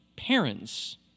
Parents